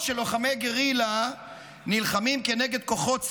לוחמי גרילה נלחמים נגד כוחות צבאיים,